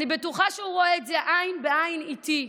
ואני בטוחה שהוא רואה את זה עין בעין איתי.